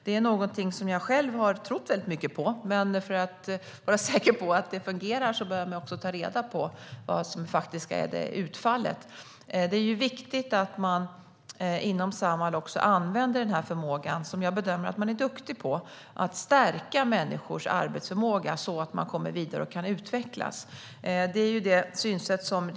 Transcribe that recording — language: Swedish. Det är något som jag själv tror mycket på, men för att vara säker på att det fungerar behöver vi ta reda på vad utfallet faktiskt är. Det är viktigt att man inom Samhall använder sin förmåga att stärka människors arbetsförmåga så att de kommer vidare och kan utvecklas, och jag bedömer att man är duktig på det.